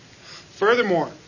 Furthermore